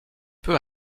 peu